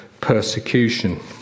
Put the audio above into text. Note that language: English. persecution